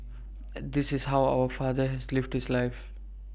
at this is how our father has lived his life